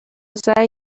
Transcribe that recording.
سعی